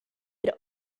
had